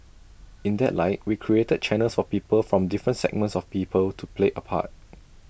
in that light we created channels for people from different segments of people to play A part